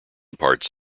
parts